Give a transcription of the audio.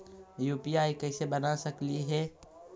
UPI कैसे बना सकली हे?